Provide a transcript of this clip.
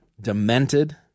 demented